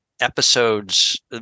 episodes